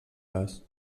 gas